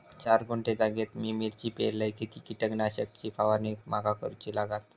चार गुंठे जागेत मी मिरची पेरलय किती कीटक नाशक ची फवारणी माका करूची लागात?